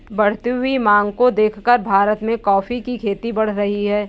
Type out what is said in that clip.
बढ़ती हुई मांग को देखकर भारत में कॉफी की खेती बढ़ रही है